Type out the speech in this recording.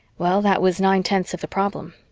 well, that was nine-tenths of the problem.